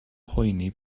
poeni